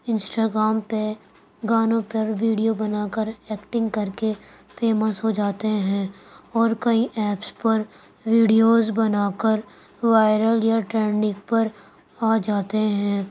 Instagram پہ گانوں پر ویڈیو بنا کر ایکٹنگ کر کے فیمس ہو جاتے ہیں اور کئی ایپس پر ویڈیوز بنا کر وائرل یا ٹرینڈنگ پر آ جاتے ہیں